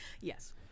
Yes